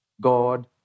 God